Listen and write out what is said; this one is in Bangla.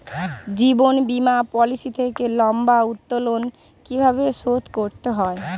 জীবন বীমা পলিসি থেকে লম্বা উত্তোলন কিভাবে শোধ করতে হয়?